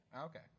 Okay